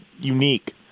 unique